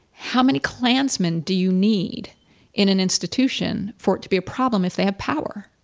how many klansmen do you need in an institution for it to be a problem if they have power?